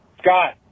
Scott